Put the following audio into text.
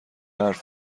حرفی